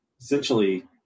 essentially